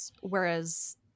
whereas